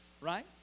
Right